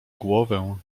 głowę